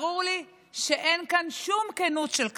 ברור לי שאין כאן שום כנות של כוונות.